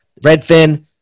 Redfin